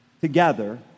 together